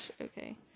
okay